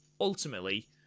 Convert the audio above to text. ultimately